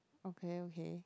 okay okay